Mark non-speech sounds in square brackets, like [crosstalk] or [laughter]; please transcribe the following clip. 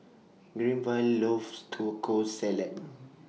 Granville loves Taco Salad [noise]